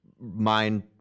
mind